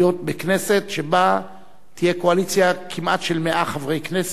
בכנסת שבה תהיה קואליציה כמעט של 100 חברי כנסת,